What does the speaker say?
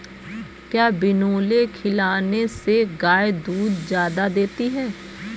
क्या बिनोले खिलाने से गाय दूध ज्यादा देती है?